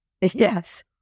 Yes